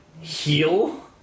heal